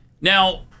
Now